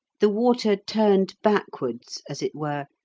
the water turned backwards as it were,